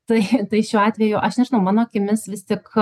tai tai šiuo atveju aš nežinau mano akimis vis tik